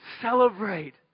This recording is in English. celebrate